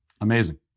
Amazing